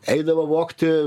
eidavo vogti